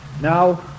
Now